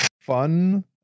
fun